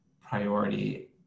priority